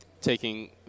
taking